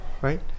right